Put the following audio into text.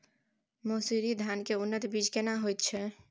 मन्सूरी धान के उन्नत बीज केना होयत छै?